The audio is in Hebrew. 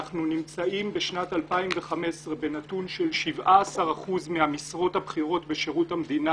אנחנו נמצאים בשנת 2015 בנתון של 17% מהמשרות הבכירות בשירות המדינה.